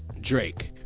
Drake